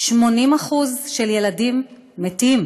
"80% של ילדים מתים